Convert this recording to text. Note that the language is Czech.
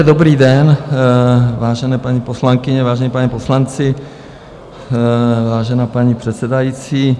Dobrý den, vážené paní poslankyně, vážení páni poslanci, vážená paní předsedající.